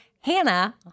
Hannah